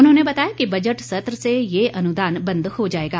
उन्होंने बताया कि बजट सत्र से ये अनुदान बन्द हो जाएगा